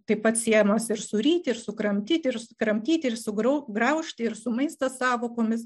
taip pat siejamas ir su ryti ir su kramtyti ir su kramtyti ir su grau graužti ir su maistas sąvokomis